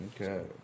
Okay